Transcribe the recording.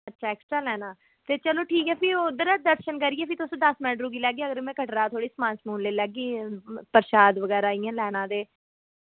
अच्छा एक्स्ट्रा लैना ते चलो ठीक ऐ फ्ही उद्धर दर्शन करियै फ्ही तुस दस मैंट रुकी लैगे अगर में कटरा थोह्ड़े समान समून लेई लैगी परशाद बगैरा इयां लैना ते